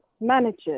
managers